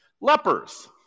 Lepers